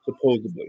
supposedly